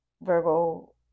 Virgo